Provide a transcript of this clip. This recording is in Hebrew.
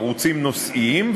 ערוצים נושאיים,